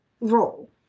role